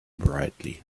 brightly